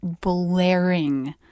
blaring